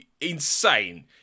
insane